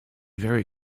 very